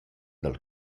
dal